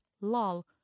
Lol